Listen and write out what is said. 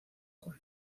juan